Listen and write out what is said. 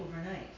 overnight